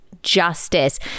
justice